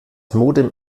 modem